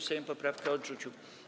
Sejm poprawkę odrzucił.